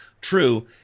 true